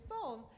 phone